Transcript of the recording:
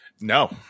no